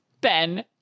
Ben